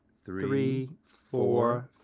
three, four,